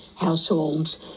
households